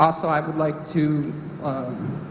also i would like to